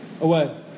away